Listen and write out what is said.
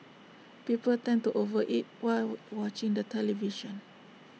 people tend to over eat while war watching the television